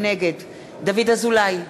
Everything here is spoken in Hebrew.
נגד דוד אזולאי,